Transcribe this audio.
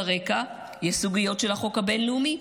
ברקע יש סוגיות של החוק הבין-לאומי,